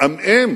מעמעם